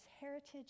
heritage